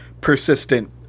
persistent